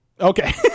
Okay